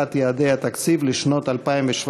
להשגת יעדי התקציב לשנות התקציב